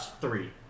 three